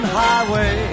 highway